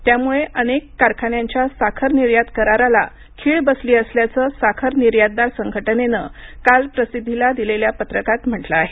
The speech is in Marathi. त्यामुळे अनेक कारखान्यांच्या साखर निर्यात कराराला खीळ बसली असल्याचं साखर निर्यातदार संघटनेनं काल प्रसिद्धीला दिलेल्या पत्रकात म्हटलं आहे